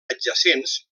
adjacents